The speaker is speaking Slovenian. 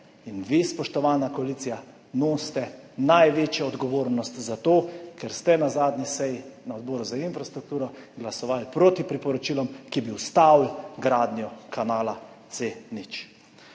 In vi, spoštovana koalicija, nosite največjo odgovornost za to, ker ste na zadnji seji Odbora za infrastrukturo glasovali proti priporočilom, ki bi ustavili gradnjo kanala C0.